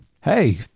hey